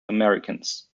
americans